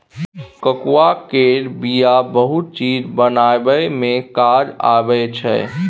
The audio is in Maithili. कोकोआ केर बिया बहुते चीज बनाबइ मे काज आबइ छै